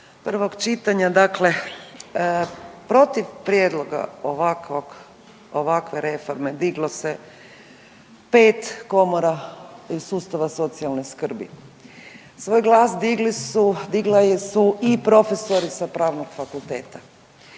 prvog čitanja, dakle protiv prijedloga ovakvog, ovakve reforme diglo se 5 komora iz sustava socijalne skrbi. Svoj glas digli su, digla je su i profesori sa pravnog fakulteta.